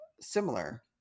similar